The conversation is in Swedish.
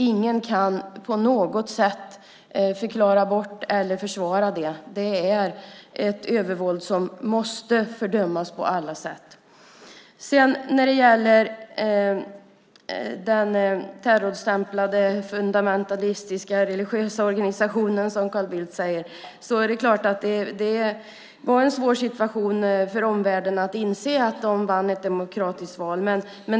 Ingen kan på något sätt förklara bort eller försvara det. Det är ett övervåld som måste fördömas på alla sätt. När det gäller den terrorstämplade, fundamentalistiska och religiösa organisationen, som Carl Bildt säger, är det klart att det var en svår situation för omvärlden att inse att de vann ett demokratiskt val.